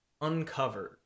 uncovered